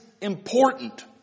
important